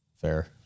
fair